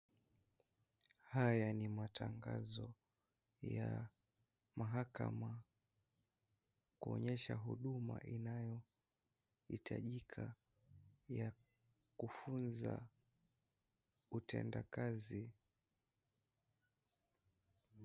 Haya ni matangazo ya mahakama, kuonyesha huduma inayohitajika ni ya kufunza utendakazi.